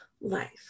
life